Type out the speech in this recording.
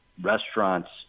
restaurants